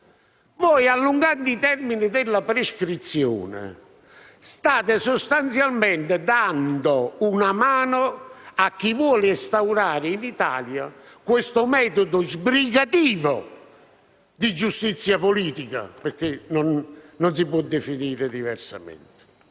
- allungando i termini della prescrizione, state sostanzialmente dando una mano a chi vuole instaurare in Italia questo metodo sbrigativo di giustizia politica, perché non si può definire diversamente.